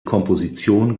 komposition